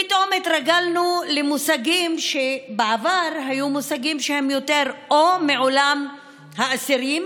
פתאום התרגלנו למושגים שבעבר היו מושגים שהם יותר מעולם האסירים